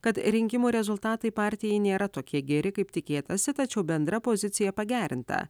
kad rinkimų rezultatai partijai nėra tokie geri kaip tikėtasi tačiau bendra pozicija pagerinta